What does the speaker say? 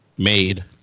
made